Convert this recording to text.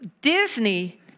Disney